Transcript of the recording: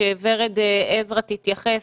כשורד עזרא תתייחס,